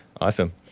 Awesome